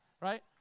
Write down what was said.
right